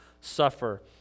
suffer